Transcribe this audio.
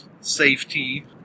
safety